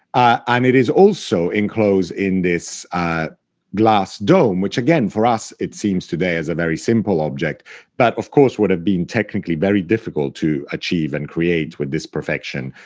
i mean it is also enclosed in this glass dome, which again, for us, it seems today as a very simple object but, of course, would have been technically very difficult to achieve and create with this perfection,